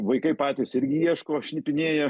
vaikai patys irgi ieško šnipinėja